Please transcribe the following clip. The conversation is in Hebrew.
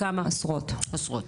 עשרות.